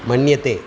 मन्यते